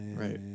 Right